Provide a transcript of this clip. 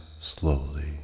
slowly